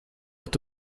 est